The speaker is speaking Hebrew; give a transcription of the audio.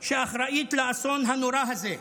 שאחראית לאסון הנורא הזה.